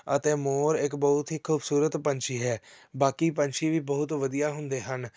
ਅਤੇ ਮੋਰ ਇੱਕ ਬਹੁਤ ਹੀ ਖੂਬਸੂਰਤ ਪੰਛੀ ਹੈ ਬਾਕੀ ਪੰਛੀ ਵੀ ਬਹੁਤ ਵਧੀਆ ਹੁੰਦੇ ਹਨ